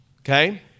okay